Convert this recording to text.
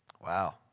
Wow